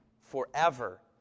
forever